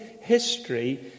history